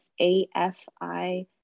A-F-I